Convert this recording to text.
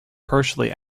partially